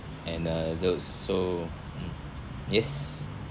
and uh those so mm yes